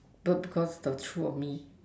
not because the true of me